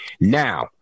Now